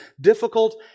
difficult